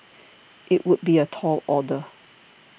it would be a tall order